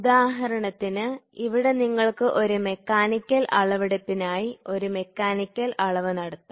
ഉദാഹരണത്തിന് ഇവിടെ നിങ്ങൾക്ക് ഒരു മെക്കാനിക്കൽ അളവെടുപ്പിനായി ഒരു മെക്കാനിക്കൽ അളവ് നടത്താം